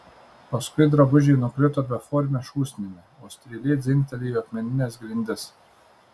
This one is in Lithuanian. paskui drabužiai nukrito beforme šūsnimi o strėlė dzingtelėjo į akmenines grindis